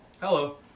Hello